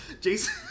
Jason